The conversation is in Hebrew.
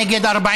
נגד,